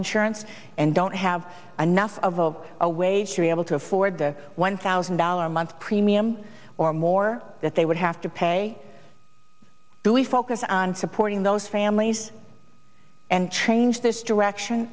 insurance and don't have enough of a wage to be able to afford the one thousand dollars a month premium or more that they would have to pay do we focus on supporting those families and change this direction